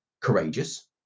courageous